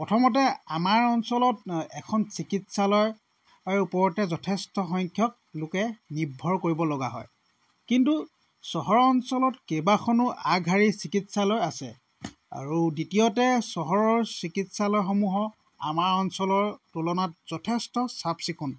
প্ৰথমতে আমাৰ অঞ্চলত এখন চিকিৎসালয়ৰ ওপৰতে যথেষ্টসংখ্যক লোকে নিৰ্ভৰ কৰিবলগা হয় কিন্তু চহৰ অঞ্চলত কেইবাখনো আগশাৰীৰ চিকিৎসালয় আছে আৰু দ্বিতীয়তে চহৰৰ চিকিৎসালয়সমূহৰ আমাৰ অঞ্চলৰ তুলনাত যথেষ্ট চাফ চিকুণ